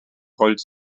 rollte